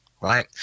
right